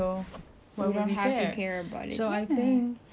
it's to create a platform where um